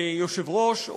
יושב-ראש,